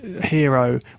hero